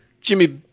Jimmy